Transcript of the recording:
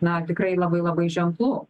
na tikrai labai labai ženklu